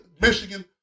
Michigan